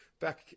back